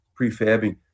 prefabbing